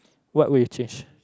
what will you change